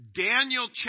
Daniel